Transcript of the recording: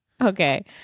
Okay